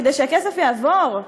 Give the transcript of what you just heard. כדי שהכסף יעבור?